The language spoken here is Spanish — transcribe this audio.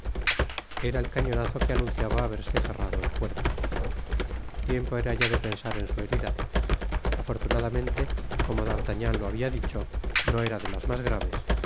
era el cañonazo que anunciaba haberse cerrado el puerto tiempo era ya de pensar en su herida afortunadamente como d'artagnan lo habia dicho no era de las mas graves